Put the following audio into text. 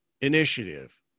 initiative